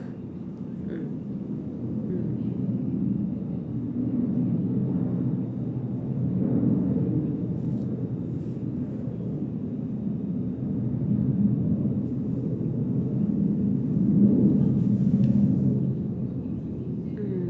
mm